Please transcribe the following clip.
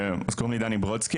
אז קוראים לי דני ברודסקי,